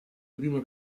prima